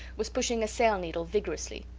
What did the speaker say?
was pushing a sail-needle vigorously.